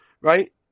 right